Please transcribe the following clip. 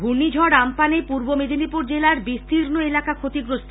ঘূর্ণিঝড়ে আমপানে পূর্ব মেদিনীপুর জেলার বিস্তীর্ণ এলাকা ক্ষতিগ্রস্ত